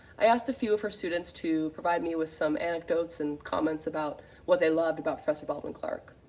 i asked a few of her students to provide me with some anecdotes and comments about what they love about professor baldwin clark.